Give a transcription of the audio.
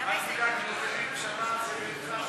המחנה הציוני לסעיף